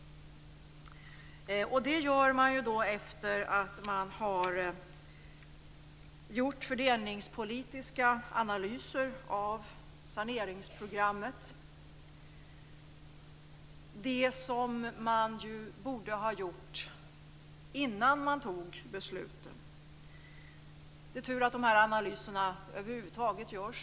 Detta gör man efter att ha gjort fördelningspolitiska analyser av saneringsprogrammet, vilket man borde ha gjort innan man fattade beslutet. Det är tur att de här analyserna över huvud taget görs.